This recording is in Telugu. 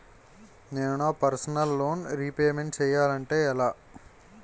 నేను నా పర్సనల్ లోన్ రీపేమెంట్ చేయాలంటే ఎలా?